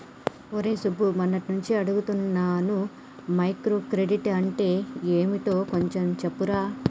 రేయ్ సుబ్బు, మొన్నట్నుంచి అడుగుతున్నాను మైక్రో క్రెడిట్ అంటే యెంటో కొంచెం చెప్పురా